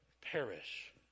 perish